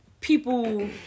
people